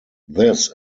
this